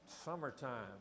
Summertime